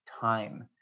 time